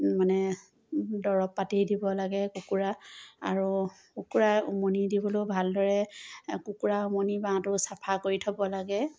মানে দৰৱ পাতি দিব লাগে কুকুৰা আৰু কুকুৰা উমনি দিবলৈও ভালদৰে কুকুৰা উমনি বাঁহটো চাফা কৰি থ'ব লাগে